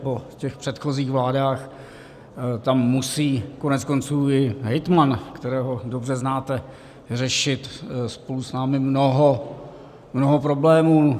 Po předchozích vládách tam musí koneckonců i hejtman, kterého dobře znáte, řešit spolu s námi mnoho problémů.